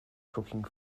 cooking